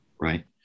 Right